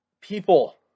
People